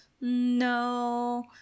No